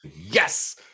Yes